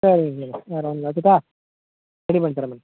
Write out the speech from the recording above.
சரிங்க பின்ன வேற ஒன்றும் இல்லை வச்சிட்டா ரெடி பண்ணி தரேன் மேடம்